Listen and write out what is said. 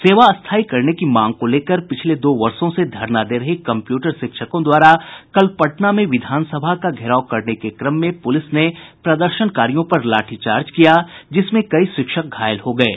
सेवा स्थायी करने की मांग को लेकर पिछले दो वर्षों से धरना दे रहे कम्प्यूटर शिक्षकों द्वारा कल पटना में विधानसभा का घेराव करने के क्रम में पूलिस ने प्रदर्शनकारियों पर लाठीचार्ज किया जिसमें कई शिक्षक घायल हो गये